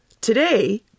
Today